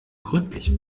gründlich